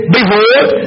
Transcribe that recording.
Behold